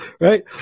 right